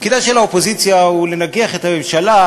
תפקידה של האופוזיציה הוא לנגח את הממשלה,